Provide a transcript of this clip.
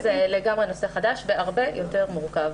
זה לגמרי נושא חדש והרבה יותר מורכב,